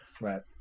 Right